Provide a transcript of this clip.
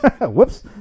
whoops